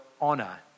honor